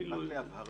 אני לא יודע.